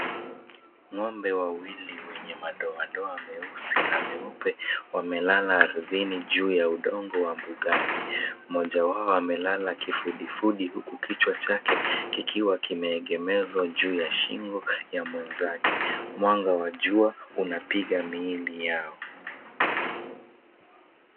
Ng'ombe wawili wenye madoadoa meusi na meupe wamelala ardhini juu ya udongo wa mbugani. Mmoja wao amelala kifudifudi, huku kichwa chake kikiwa kimeegemezwa juu ya shingo ya mwenzake. Mwanga wa jua unapiga miili yao.